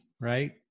right